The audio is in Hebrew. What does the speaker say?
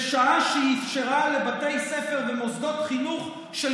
בשעה שהיא אפשרה לבתי ספר במוסדות חינוך של